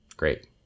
great